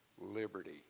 liberty